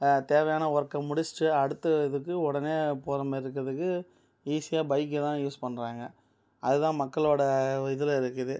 தேவையான ஒர்க்கை முடிச்சுட்டு அடுத்த இதுக்கு உடனே போகிற மாரியிருக்கறத்துக்கு ஈஸியாக பைக்கைதான் யூஸ் பண்ணுறாங்க அதுதான் மக்களோட இதில் இருக்குது